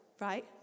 right